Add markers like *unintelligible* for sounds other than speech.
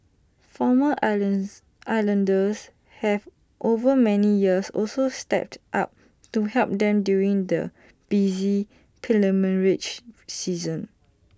former islands islanders have over many years also stepped up to help them during the busy *unintelligible* season